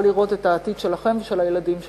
לראות את העתיד שלכם ושל הילדים שלכם.